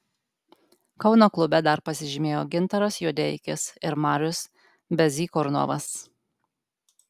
kauno klube dar pasižymėjo gintaras juodeikis ir marius bezykornovas